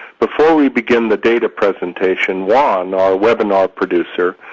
before we begin the data presentation, juan, our webinar producer,